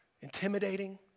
intimidating